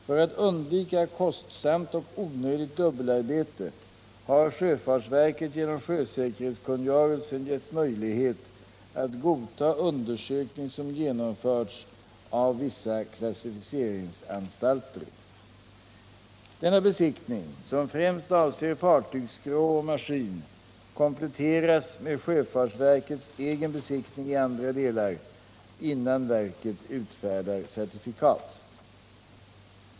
För att undvika kostsamt och onödigt dubbelarbete har sjöfartsverket genom sjösäkerhetskungörelsen getts möjlighet att godta undersökning som genomförts av vissa klassificeringsanstalter. Denna besiktning — som främst avser fartygsskrov och maskin — kompletteras med sjöfartsverkets egen besiktning i andra delar, innan verket utfärdar certifikat.